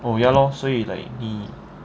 oh ya lor 所以 like 你